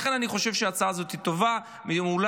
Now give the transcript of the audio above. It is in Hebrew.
לכן, אני חושב שההצעה הזאת היא טובה ומעולה.